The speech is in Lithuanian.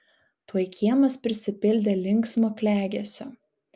tuoj kiemas prisipildė linksmo klegesio